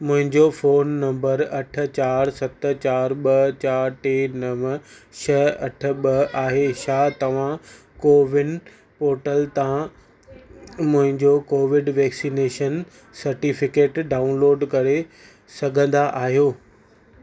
मुंहिंजो phone number अठ चारि सत चारि ॿ चारि टे नव छह अठ ॿ आहे छा तव्हां कोविन पोर्टल तां मुंहिंजो कोविड वैक्सनेशन सटिफिकेट डाउनलोड करे सघंदा आहियो